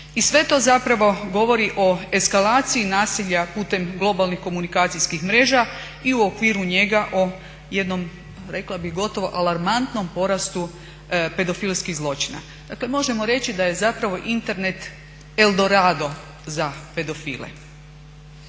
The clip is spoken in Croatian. i sve to zapravo govori o eskalaciji nasilja putem globalnih komunikacijskih mreža i u okviru njega o jednom rekla bih gotovo alarmantnom porastu pedofilskih zločina. Dakle možemo reći da je zapravo Internet eldorado za pedofile.